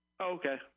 Okay